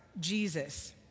Jesus